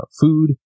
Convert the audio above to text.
food